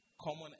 Common